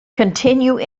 continue